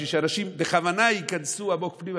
בשביל שאנשים בכוונה ייכנסו עמוק פנימה,